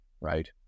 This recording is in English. right